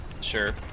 sure